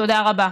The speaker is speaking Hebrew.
תודה רבה.